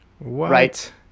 Right